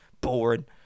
Boring